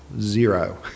zero